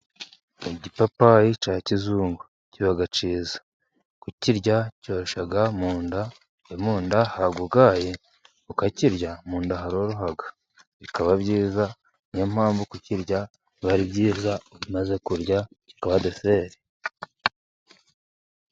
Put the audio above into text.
Igipapayi cya kizungu kiba cyiza. Kukirya cyorosha mu nda, iyo munda hagugaye ukakirya, mu nda haroroha bikaba byiza, ni yo mpamvu kukirya biba byiza umaze kurya, kikaba deseri.